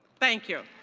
thank you.